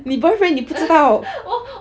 你 boyfriend 你不知道